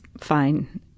fine